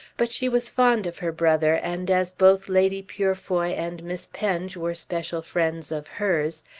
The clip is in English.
but she was fond of her brother and as both lady purefoy and miss penge were special friends of hers,